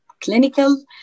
clinical